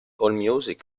allmusic